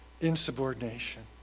insubordination